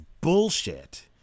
bullshit